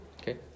Okay